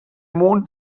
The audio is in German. mond